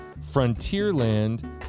Frontierland